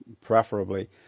preferably